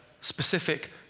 specific